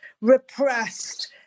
Repressed